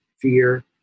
fear